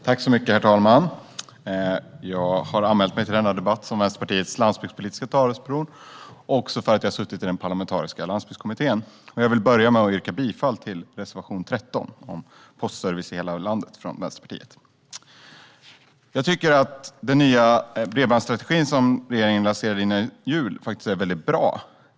Herr talman! Jag har anmält mig till denna debatt som Vänsterpartiets landsbygdspolitiska talesperson och för att jag har suttit i Parlamentariska landsbygdskommittén. Jag börjar med att yrka bifall till Vänsterpartiets reservation, nr 13, om postservice i hela landet. Jag tycker att regeringens nya bredbandsstrategi, som lanserades före jul, är väldigt bra.